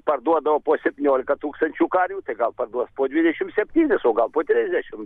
parduodavo po septyniolika tūkstančių karvių tai gal parduos po dvidešim septynis o gal po trisdešim